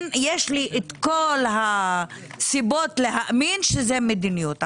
יש לי כל הסיבות להאמין שזו מדיניות.